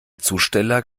zusteller